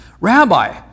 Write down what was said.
Rabbi